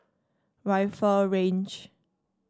Rifle Range